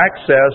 access